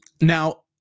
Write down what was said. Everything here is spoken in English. Now